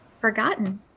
forgotten